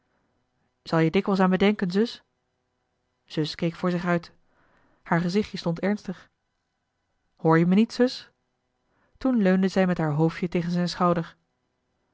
zal je dikwijls aan me denken zus zus keek voor zich uit haar gezichtje stond ernstig hoor je me niet zus toen leunde zij met haar hoofdje tegen zijn schouder